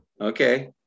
Okay